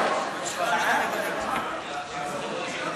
יש להם יותר מזל משכל.